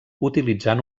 utilitzant